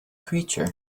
creature